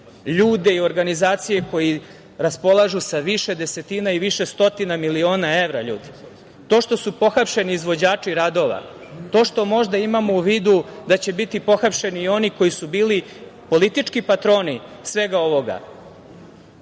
ljude i organizacije koje raspolažu sa više desetina i više stotina miliona evra. To što su pohapšeni izvođači radova, to što možda imamo u vidu da će biti pohapšeni i oni koji su bili politički patroni svega ovoga,